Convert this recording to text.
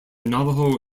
navajo